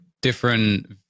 different